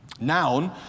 noun